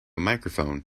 microphone